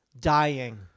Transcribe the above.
Dying